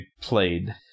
played